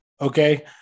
Okay